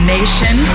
Nation